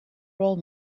role